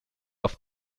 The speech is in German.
auf